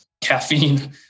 caffeine